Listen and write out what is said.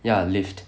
ya Lyft